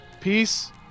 peace